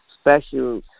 special